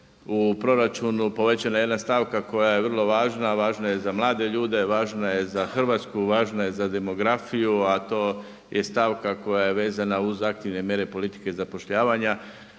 u proračunu povećana jedna stavka koja je vrlo važna, a važna je za mlade ljude, važna je Hrvatsku, važna je za demografiju, a to je stavka koja je vezana uz aktivne mjere politike zapošljavanja.